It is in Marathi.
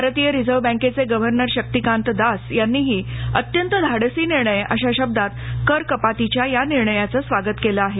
भारतीय रिझर्वबँकेये गव्हर्नर शक्तीकांत दास यांनीही अत्यंत धाडसी निर्णय अशा शब्दात करकपातीच्या या निर्णयाचं स्वागत केलं आहे